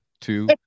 two